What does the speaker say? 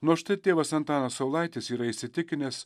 nors tėvas antanas saulaitis yra įsitikinęs